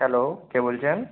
hello কে বলছেন